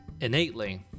innately